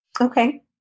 okay